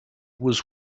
was